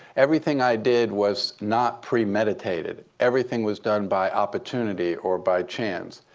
everything i did was not premeditated. everything was done by opportunity or by chance.